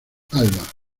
alba